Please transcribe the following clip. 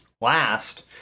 last